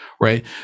right